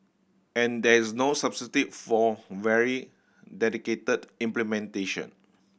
and there is no substitute for very dedicated implementation